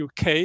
UK